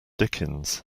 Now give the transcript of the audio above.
dickens